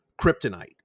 kryptonite